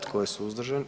Tko je suzdržan?